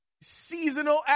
Seasonal